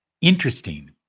Interesting